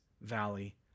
valley